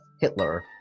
Hitler